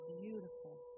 beautiful